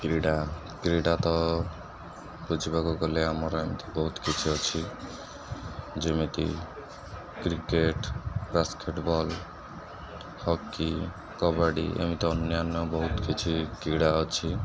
କ୍ରୀଡ଼ା କ୍ରୀଡ଼ା ତ ବୁଝିବାକୁ ଗଲେ ଆମର ଏମିତି ବହୁତ କିଛି ଅଛି ଯେମିତି କ୍ରିକେଟ ବାସ୍କେଟବଲ୍ ହକି କବାଡ଼ି ଏମିତି ଅନ୍ୟାନ୍ୟ ବହୁତ କିଛି କ୍ରୀଡ଼ା ଅଛି